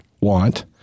want